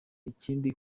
ikindi